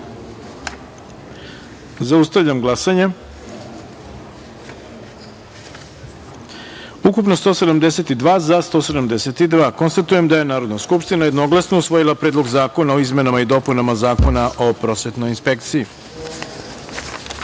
taster. Zaustavljam glasanje: ukupno – 172, za – 172.Konstatujem da je Narodna skupština jednoglasno usvojila Predlog zakona o izmenama i dopunama Zakona o prosvetnoj inspekciji. Treća